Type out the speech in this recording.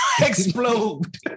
explode